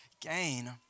gain